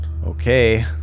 Okay